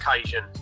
occasion